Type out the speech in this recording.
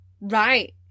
Right